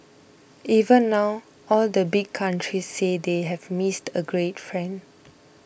even now all the big countries say they have missed a great friend